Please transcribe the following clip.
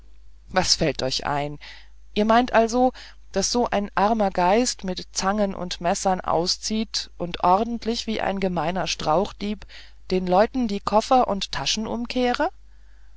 was fällt euch ein ihr meint also daß so ein armer geist mit zangen und messern ausziehe und ordentlich wie ein gemeiner strauchdieb den leuten die koffer und taschen umkehre